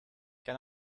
can